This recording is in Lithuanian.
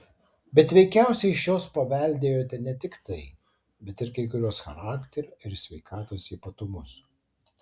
bet veikiausiai iš jos paveldėjote ne tik tai bet ir kai kuriuos charakterio ir sveikatos ypatumus